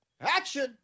action